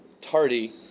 tardy